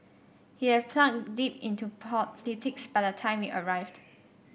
he had plunged deep into politics by the time we arrived